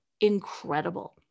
incredible